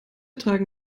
tragen